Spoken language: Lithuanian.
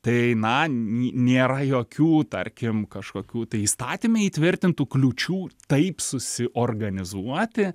tai na nėra jokių tarkim kažkokių tai įstatyme įtvirtintų kliūčių taip susiorganizuoti